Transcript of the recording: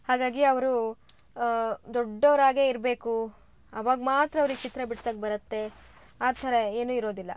ಹಾಗಾಗಿ ಅವರು ದೊಡ್ಡವ್ರು ಆಗೇ ಇರಬೇಕು ಅವಾಗ ಮಾತ್ರ ಅವ್ರಿಗೆ ಚಿತ್ರ ಬಿಡ್ಸೋಕ್ ಬರುತ್ತೆ ಆ ಥರ ಏನೂ ಇರೋದಿಲ್ಲ